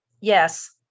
yes